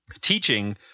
teaching